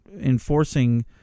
enforcing